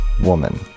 woman